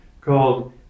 called